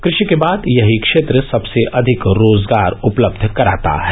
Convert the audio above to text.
कृषि के बाद यही क्षेत्र सबसे अधिक रोजगार उपलब्ध कराता है